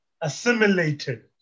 assimilated